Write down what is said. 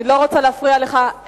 אני לא רוצה להפריע לך.